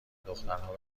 دخترها